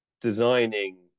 designing